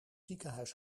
ziekenhuis